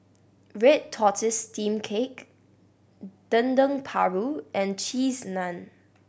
red tortoise steamed cake Dendeng Paru and Cheese Naan